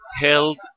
held